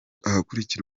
ahagarikwa